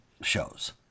shows